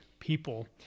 people